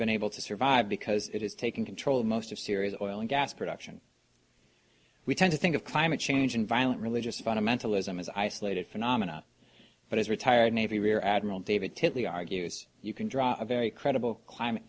been able to survive because it has taken control of most of syria's oil and gas production we tend to think of climate change and violent religious fundamentalism as isolated phenomena but is retired navy rear admiral david tilly argues you can draw a very credible climate